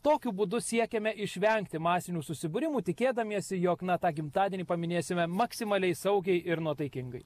tokiu būdu siekiame išvengti masinių susibūrimų tikėdamiesi jog na tą gimtadienį paminėsime maksimaliai saugiai ir nuotaikingai